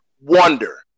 wonder